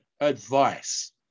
advice